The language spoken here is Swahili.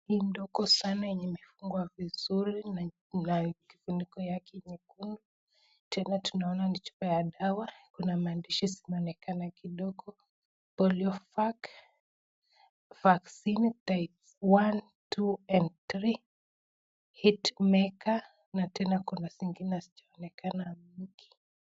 Hii ndogo sana yenye imefungwa vizuri na na kifuniko yake nyekundu. Tena tunaona ni chupa ya dawa. Kuna maandishi zinaonekana kidogo. Poliovac, vaccine type one, two and three, heatmaker, na tena kuna zingine hazijaonekana mingi.